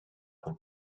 them